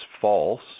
false